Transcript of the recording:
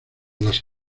las